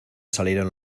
salieron